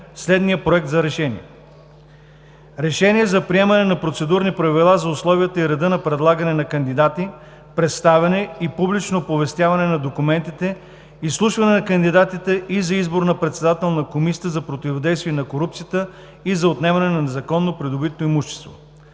следния: „Проект! РЕШЕНИЕ за приемане на Процедурни правила за условията и реда за предлагане на кандидати, представяне и публично оповестяване на документите, изслушване на кандидатите и за избор на председател на Комисията за противодействие на корупцията и за отнемане на незаконно придобитото имущество